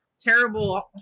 terrible